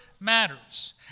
matters